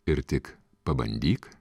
ir tik pabandyk